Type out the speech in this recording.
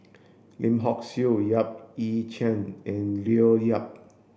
Lim Hock Siew Yap Ee Chian and Leo Yip